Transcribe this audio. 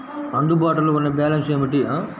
అందుబాటులో ఉన్న బ్యాలన్స్ ఏమిటీ?